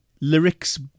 lyrics